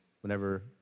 whenever